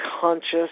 conscious